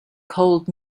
cold